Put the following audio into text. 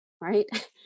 right